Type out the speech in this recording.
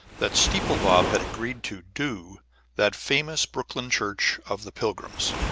that steeple bob had agreed to do that famous brooklyn church of the pilgrims,